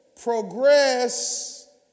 progress